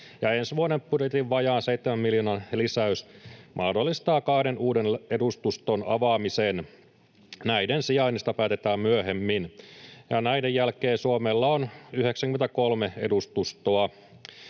ensi vuoden budjetin vajaan 7 miljoonan lisäys mahdollistaa kahden uuden edustuston avaamisen. Näiden sijainnista päätetään myöhemmin, ja näiden jälkeen Suomella on 93 edustustoa.